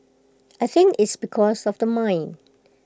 I think it's because of the mine